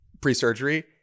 pre-surgery